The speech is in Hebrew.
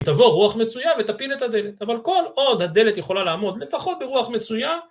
תבוא רוח מצויה ותפיל את הדלת, אבל כל עוד הדלת יכולה לעמוד לפחות ברוח מצויה.